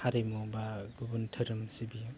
हारिमु बा गुबुन धोरोम सिबियो